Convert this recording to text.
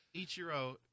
Ichiro